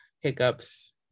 hiccups